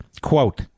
Quote